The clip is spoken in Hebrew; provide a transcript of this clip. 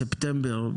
בספטמבר,